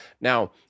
Now